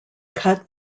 cut